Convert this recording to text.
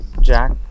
Jack